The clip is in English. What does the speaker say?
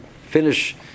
finish